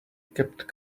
kept